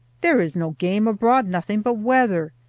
there is no game abroad, nothing but weather.